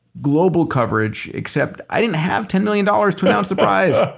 global coverage, except i didn't have ten million dollars to announce the prize.